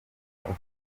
ufite